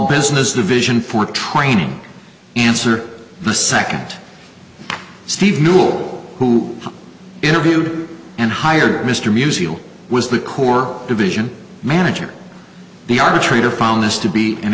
business the vision for training answer the second steve newell who interviewed and hired mr musial was the core division manager the arbitrator found this to be an